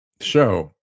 show